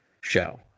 show